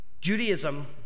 Judaism